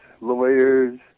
lawyers